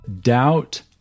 Doubt